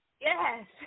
yes